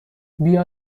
بیا